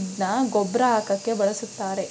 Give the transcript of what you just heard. ಇದ್ನ ಗೊಬ್ರ ಹಾಕಕೆ ಬಳುಸ್ತರೆ